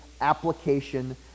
application